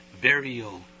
burial